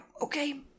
okay